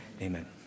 Amen